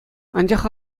анчах